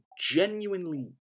genuinely